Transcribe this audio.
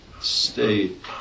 state